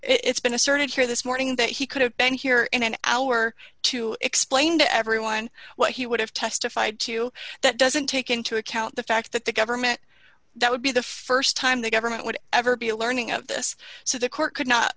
while it's been asserted here this morning that he could have been here in an hour to explain to everyone what he would have testified to that doesn't take into account the fact that the government that would be the st time the government would ever be a learning of this so the court could not